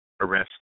Arrest